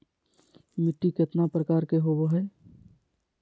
मिट्टी केतना प्रकार के होबो हाय?